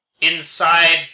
Inside